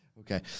Okay